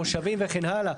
מושבים וכן הלאה,